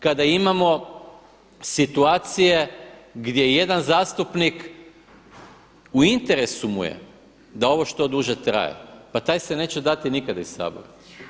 Kada imamo situacije gdje jedan zastupnik u interesu mu je da ovo što duže traje, pa taj se neće dati nikada iz Sabora.